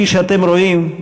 כפי שאתם רואים,